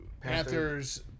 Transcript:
Panthers